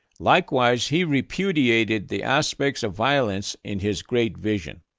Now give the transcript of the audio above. likewise, he repudiated the aspects of violence in his great vision.